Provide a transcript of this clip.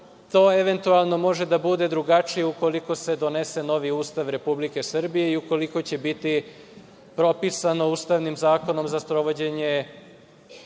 To eventualno može da bude drugačije ukoliko se donese novi Ustav Republike Srbije i ukoliko će biti propisano ustavnim zakonom za sprovođenje